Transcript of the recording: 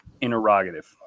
interrogative